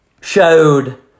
showed